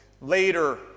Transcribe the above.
Later